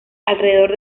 alrededor